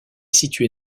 située